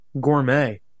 Gourmet